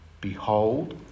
Behold